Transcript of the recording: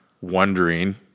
wondering